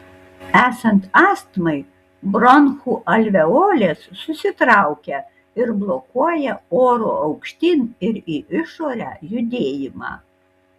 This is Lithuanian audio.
esant astmai bronchų alveolės susitraukia ir blokuoja oro aukštyn ir į išorę judėjimą